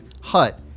hut